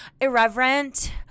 irreverent